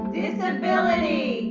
disability